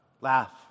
Laugh